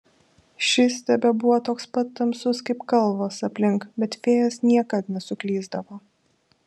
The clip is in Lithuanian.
šis tebebuvo toks pat tamsus kaip kalvos aplink bet fėjos niekad nesuklysdavo